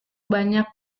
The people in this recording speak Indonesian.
banyak